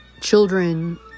children